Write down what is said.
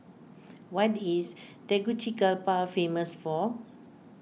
what is Tegucigalpa famous for